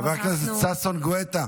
חבר הכנסת ששון גואטה,